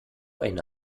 eine